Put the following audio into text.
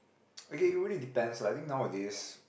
okay it really depends lah I think nowadays